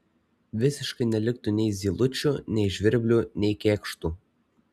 visiškai neliktų nei zylučių nei žvirblių nei kėkštų